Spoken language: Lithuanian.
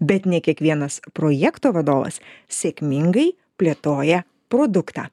bet ne kiekvienas projekto vadovas sėkmingai plėtoja produktą